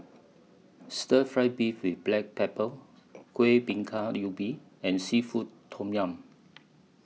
Stir Fried Beef with Black Pepper Kueh Bingka Ubi and Seafood Tom Yum